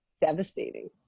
devastating